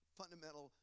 fundamental